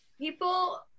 people